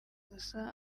gusa